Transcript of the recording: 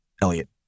Elliot